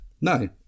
No